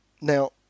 Now